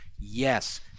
yes